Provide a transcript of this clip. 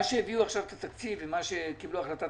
מה שהביאו עכשיו כתקציב ומה שקיבלו החלטת